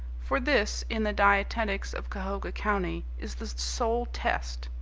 for this, in the dietetics of cahoga county, is the sole test.